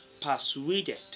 persuaded